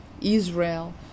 Israel